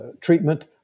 treatment